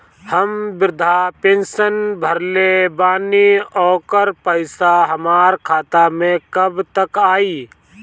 हम विर्धा पैंसैन भरले बानी ओकर पईसा हमार खाता मे कब तक आई?